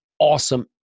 awesome